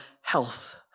health